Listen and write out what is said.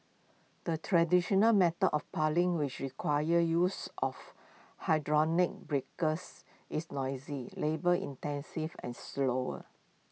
the traditional method of piling which requires use of hydraulic breakers is noisy labour intensive and slower